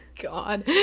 god